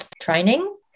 training